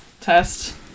test